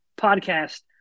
podcast